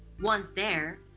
once there,